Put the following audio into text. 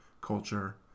culture